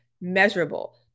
measurable